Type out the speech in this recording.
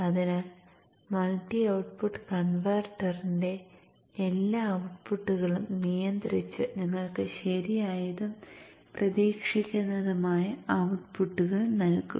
അതിനാൽ multi output കൺവെർട്ടറിന്റെ എല്ലാ ഔട്ട്പുട്ടുകളും നിയന്ത്രിച്ച് നിങ്ങൾക്ക് ശരിയായതും പ്രതീക്ഷിക്കുന്നതുമായ ഔട്ട്പുട്ടുകൾ നൽകും